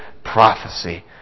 prophecy